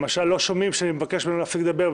למשל לא שומעים כשאני מבקש מהם להפסיק לדבר,